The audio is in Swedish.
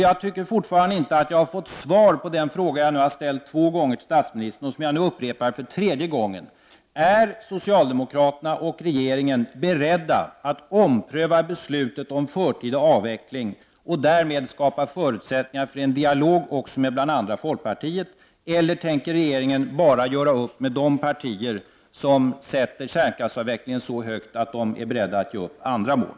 Jag anser att jag ännu inte har fått något svar på den fråga som jag har ställt två gånger till statsministern och som jag nu ställer för tredje gången: Är socialdemokraterna och regeringen beredda att ompröva beslutet om en förtida avveckling och därmed skapa förutsättningar för en dialog också med bl.a. folkpartiet, eller tänker regeringen bara göra upp med de partier som värderar kärnkraftsavvecklingen så högt att de är beredda att ge upp andra mål?